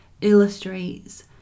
illustrates